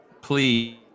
Please